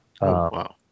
Wow